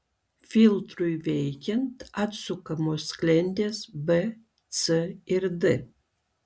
filtrui veikiant atsukamos sklendės b c ir d